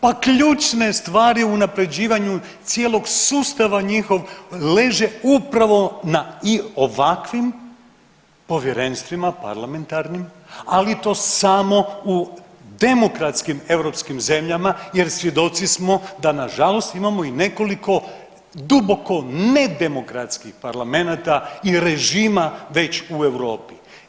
Pa ključne stvari u unapređivanju cijelog sustava njihov, leže upravo na i ovakvim povjerenstvima, parlamentarnim, ali to samo u demokratskim europskim zemljama, jer svjedoci smo da nažalost imamo i nekoliko duboko nedemokratskih parlamenata i režima već u Europi.